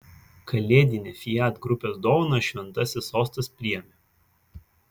kalėdinę fiat grupės dovaną šventasis sostas priėmė